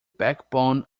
backbone